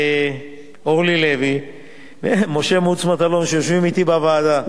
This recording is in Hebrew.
אורלי לוי ומשה מוץ מטלון, שיושבים אתי בוועדה.